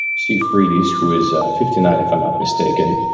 steve freebies, who is fifty nine, if i'm not mistaken,